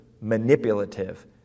manipulative